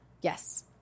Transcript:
Yes